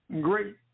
great